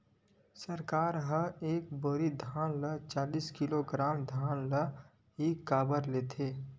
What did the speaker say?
सरकार एक बोरी धान म चालीस किलोग्राम धान ल ही काबर लेथे?